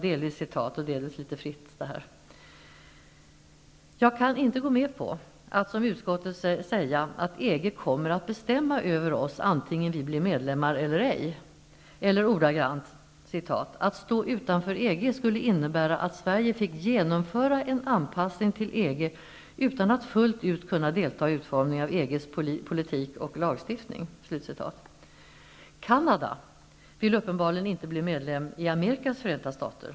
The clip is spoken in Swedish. Jag kan inte gå med på att som utskottet säga att EG kommer att bestämma över oss antingen Sverige blir medlem eller ej. Eller med utskottets ord: ''Att stå utanför EG skulle innebära att Sverige fick genomföra en anpassning till EG utan att fullt ut kunna delta i utformningen av EG:s politik och lagstiftning.'' Canada vill uppenbarligen inte bli medlem i Amerikas förenta stater.